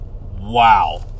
wow